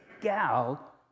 gal